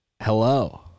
Hello